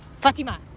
Fatima